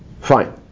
fine